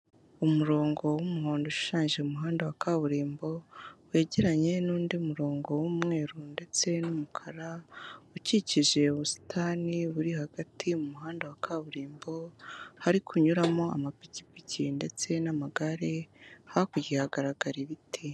Umurongo w'umuhondo ushushanyije mu muhanda wa kaburimbo wegeranye n'undi murongo w'umweru ndetse n'umukara ukikije ubusitani buri hagati mu muhanda wa kaburimbo, hari kunyuramo amapikipiki ndetse n'amagare, hakurya hagaragara ibiti.